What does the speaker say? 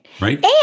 Right